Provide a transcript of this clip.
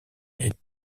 est